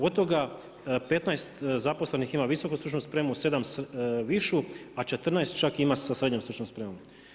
Od toga 15 zaposlenih ima visoku stručnu spremu, 7 višu, a 14 čak ima sa srednjom stručnom spremom.